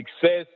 success